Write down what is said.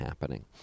happening